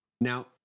Now